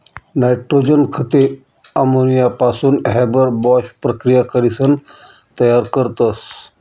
nitrogen खते अमोनियापासून Haber Bosch प्रकिया करीसन तयार करतस